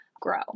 grow